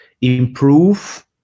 Improve